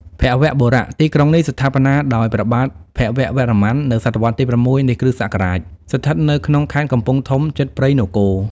ភវបុរៈ ទីក្រុងនេះ ស្ថាបនាដោយព្រះបាទ ភវវរ្ម័ន នៅសតវត្សរ៍ទី៦ នៃ គ្រិស្តសករាជ ស្ថិតនៅក្នុងខេត្ត កំពង់ធំ ជិតព្រៃនគរ ។